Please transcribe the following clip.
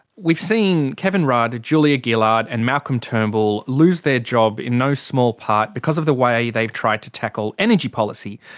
we've seen kevin rudd and julia gillard and malcolm turnbull lose their job in no small part because of the way they've tried to tackle energy policy.